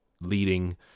leading